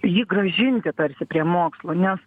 jį grąžinti tarsi prie mokslo nes